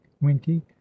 Winky